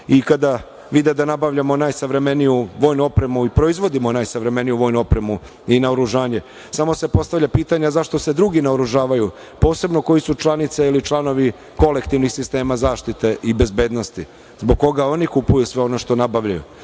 i kada vide da nabavljamo najsavremeniju vojnu opremu i proizvodimo najsavremeniju vojnu opremu i naoružanje. Postavlja se pitanje zašto se drugi naoružavaju, posebno koji su članice ili članovi kolektivnih sistema zaštite i bezbednosti, zbog koga oni kupuju sve ono što nabavljaju.